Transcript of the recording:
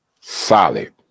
Solid